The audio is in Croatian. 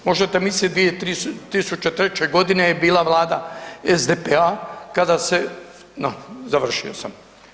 Možete misliti 2003. g. je bila Vlada SDP-a kada se, no, završio sam.